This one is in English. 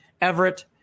Everett